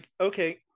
okay